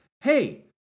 hey